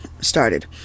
started